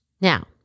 Now